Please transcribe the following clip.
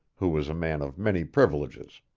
who was a man of many privileges.